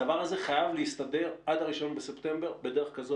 הדבר הזה חייב להסתדר עד ה-1 בספטמבר בדרך כזו